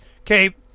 Okay